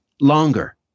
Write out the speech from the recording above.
longer